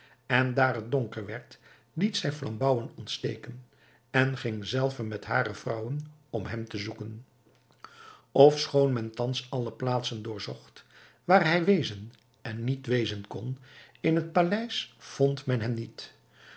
en daar het donker werd liet zij flambouwen ontsteken en ging zelve met hare vrouwen om hem te zoeken ofschoon men thans alle plaatsen doorzocht waar hij wezen en niet wezen kon in het paleis vond men hem niet